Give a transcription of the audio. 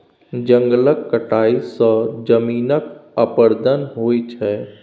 जंगलक कटाई सँ जमीनक अपरदन होइ छै